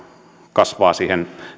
kasvavat siihen